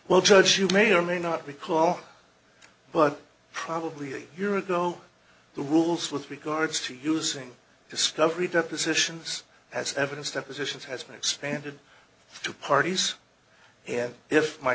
well judge you may or may not recall but probably year ago the rules with regards to using discovery depositions as evidence depositions has been expanded to parties if my